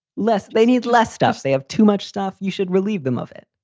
less. they need less stuff. they have too much stuff. you should relieve them of it.